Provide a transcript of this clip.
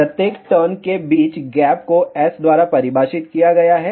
प्रत्येक टर्न के बीच गैप को S द्वारा परिभाषित किया गया है